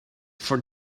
for